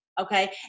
okay